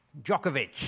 Djokovic